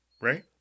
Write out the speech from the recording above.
Right